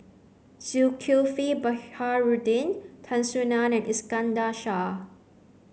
Zulkifli Tan Soo Nan and Iskandar Shah